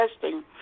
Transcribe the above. testing